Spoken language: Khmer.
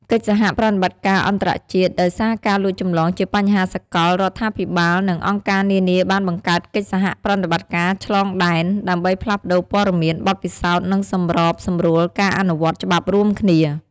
កិច្ចសហប្រតិបត្តិការអន្តរជាតិ ដោយសារការលួចចម្លងជាបញ្ហាសកល រដ្ឋាភិបាល និងអង្គការនានាបានបង្កើតកិច្ចសហប្រតិបត្តិការឆ្លងដែន ដើម្បីផ្លាស់ប្តូរព័ត៌មាន បទពិសោធន៍ និងសម្របសម្រួលការអនុវត្តច្បាប់រួមគ្នា។